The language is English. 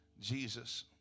Jesus